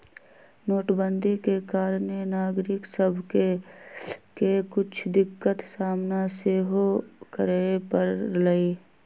नोटबन्दि के कारणे नागरिक सभके के कुछ दिक्कत सामना सेहो करए परलइ